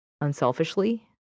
unselfishly